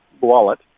wallet